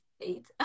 eight